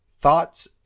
thoughts